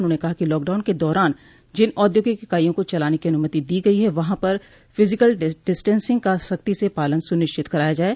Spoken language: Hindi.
उन्होंने कहा कि लॉकडाउन के दौरान जिन औद्योगिक इकाइयों को चलाने की अनुमति दी गई है वहां पर फिजिलकल डिस्टेंसिंग का सख्ती से पालन सुनिश्चित कराया जाये